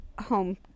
home